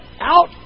out